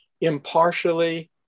impartially